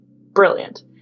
brilliant